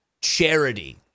charity